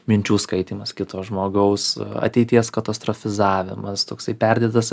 minčių skaitymas kito žmogaus ateities katastrofizavimas toksai perdėtas